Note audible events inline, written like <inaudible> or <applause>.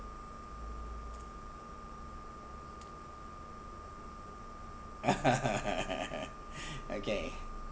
<laughs> okay